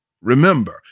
Remember